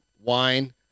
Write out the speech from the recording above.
wine